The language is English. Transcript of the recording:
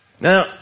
Now